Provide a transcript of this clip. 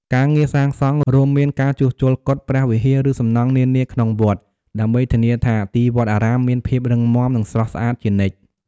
ការងារសាងសង់ រួមមានការជួសជុលកុដិ ព្រះវិហារ ឬសំណង់នានាក្នុងវត្ត ដើម្បីធានាថាទីអារាមមានភាពរឹងមាំ និងស្រស់ស្អាតជានិច្ច។